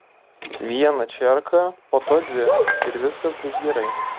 vieną čerką po to dvi ir viskas bus gerai